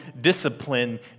discipline